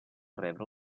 rebre